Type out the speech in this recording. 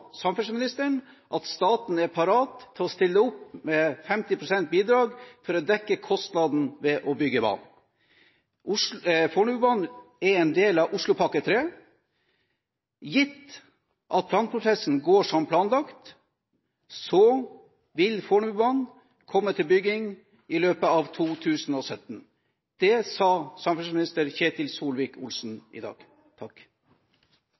samferdselsministeren, er staten parat til å stille opp med 50 pst. i bidrag for å dekke kostnadene ved å bygge banen. Fornebubanen er en del av Oslopakke 3. Gitt at planprosessen går som planlagt, vil man begynne byggingen av Fornebubanen i løpet av 2017 – det sa samferdselsminister Ketil